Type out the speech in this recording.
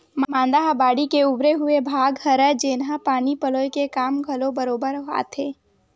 मांदा ह बाड़ी के उभरे हुए भाग हरय, जेनहा पानी पलोय के काम घलो बरोबर आथे